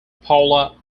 paula